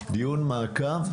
דיון מעקב,